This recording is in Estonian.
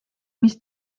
mis